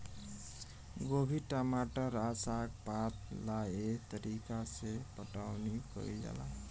गोभी, टमाटर आ साग पात ला एह तरीका से पटाउनी कईल जाला